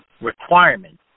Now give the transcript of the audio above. requirements